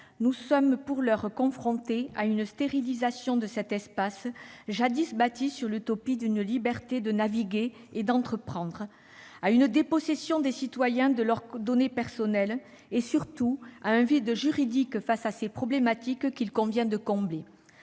nous sommes pour l'heure confrontés à une stérilisation de cet espace, jadis bâti sur l'utopie d'une liberté de naviguer et d'entreprendre, à une dépossession des citoyens de leurs données personnelles et, surtout, à un vide juridique qu'il convient de combler.